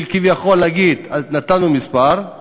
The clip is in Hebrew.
כביכול כדי להגיד "נתנו מספר"